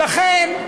ולכן,